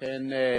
החינוך.